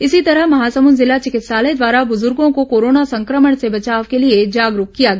इसी तरह महासमुद जिला चिकित्सालय द्वारा ब्रजुर्गों को कोरोना संक्रमण से बचाव के लिए जागरूक किया गया